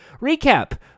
Recap